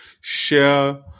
share